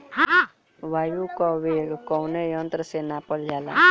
वायु क वेग कवने यंत्र से नापल जाला?